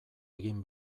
egin